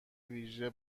ویژه